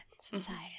society